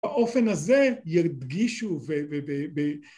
באופן הזה ידגישו ו..